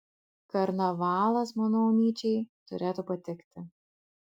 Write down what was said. karnavalas manau nyčei turėtų patikti